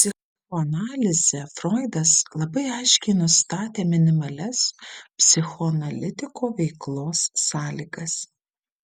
psichoanalize froidas labai aiškiai nustatė minimalias psichoanalitiko veiklos sąlygas